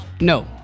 No